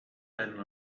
tant